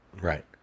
right